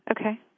Okay